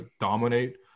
dominate